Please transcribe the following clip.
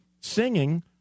singing